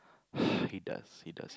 he does he does